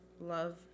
love